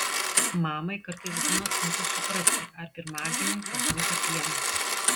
mamai kartais būna sunku suprasti ar pirmagimiui pakanka pieno